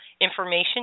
information